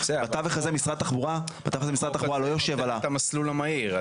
אתה וכזה משרד התחבורה בטח -- אתה -- המסלול המהיר,